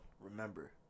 remember